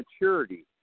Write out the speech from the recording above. maturity